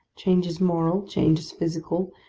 changes moral, changes physical,